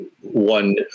one